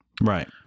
Right